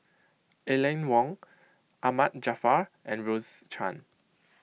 Aline Wong Ahmad Jaafar and Rose Chan